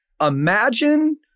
Imagine